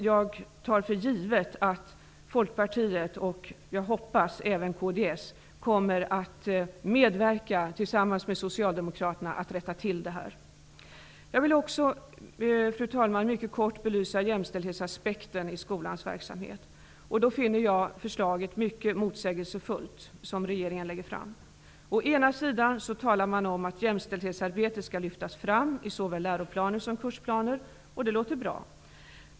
Jag tar för givet att Folkpartiet och -- hoppas jag -- även kds tillsammans med Socialdemokraterna kommer att medverka till att rätta till det här. Fru talman! Jag vill också kort belysa jämställdhetsaspekten i skolans verksamhet. Jag finner det förslag som regeringen har lagt fram mycket motsägelsefullt. Man talar om att jämställdhetsarbetet skall lyftas fram i såväl läroplaner som kursplaner. Det låter bra.